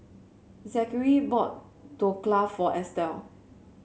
Zakary bought Dhokla for Estelle